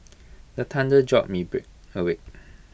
the thunder jolt me awake